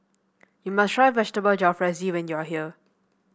you must try Vegetable Jalfrezi when you are here